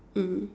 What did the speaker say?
mm